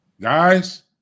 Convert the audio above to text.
Guys